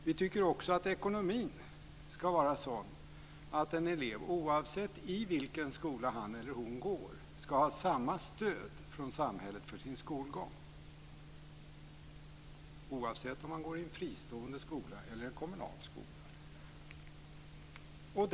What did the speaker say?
Vi tycker också att ekonomin ska vara sådan att en elev, oavsett i vilken skola han eller hon går, ska ha samma stöd från samhället för sin skolgång, oavsett om han eller hon går i en fristående skola eller i en kommunal skola.